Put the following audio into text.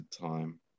time